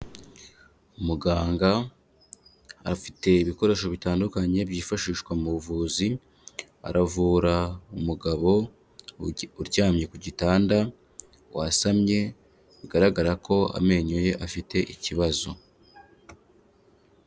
Muganga afite ibikoresho bitandukanye byifashishwa mu buvuzi, aravura umugabo uryamye ku gitanda, wasamye, bigaragara ko amenyo ye afite ikibazo.